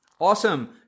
Awesome